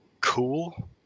cool